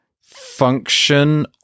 function